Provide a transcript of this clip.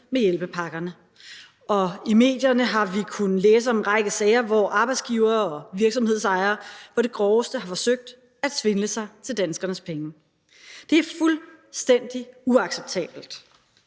med hjælpepakkerne, og i medierne har vi kunnet læse om en række sager, hvor arbejdsgivere og virksomhedsejere på det groveste har forsøgt at svindle sig til danskernes penge. Det er fuldstændig uacceptabelt.